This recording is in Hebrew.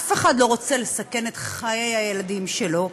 אף אחד לא רוצה לסכן את חיי הילדים שלו.